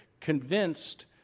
convinced